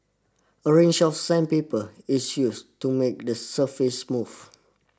a range of sandpaper is used to make the surface smooth